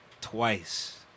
twice